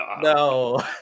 No